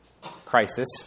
crisis